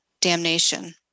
damnation